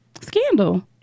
Scandal